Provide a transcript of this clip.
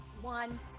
one